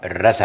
kiitos